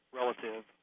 relative